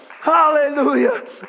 Hallelujah